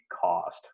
cost